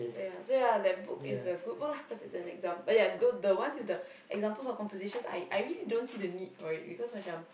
so yeah so yeah that book is a good book lah cause it's an example oh yeah the the ones with the examples of compositions I I really don't see a need for it because macam